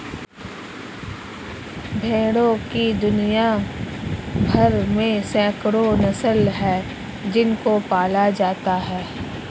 भेड़ों की दुनिया भर में सैकड़ों नस्लें हैं जिनको पाला जाता है